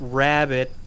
rabbit